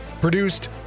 Produced